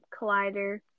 Collider